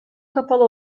kapalı